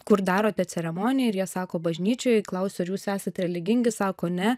kur darote ceremoniją ir jie sako bažnyčioj klausiu ar jūs esat religingi sako ne